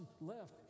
left